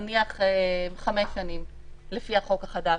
נניח חמש שנים לפי החוק החדש,